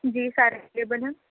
جی سارے اویلیبل ہے